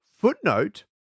footnote